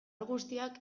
guztiak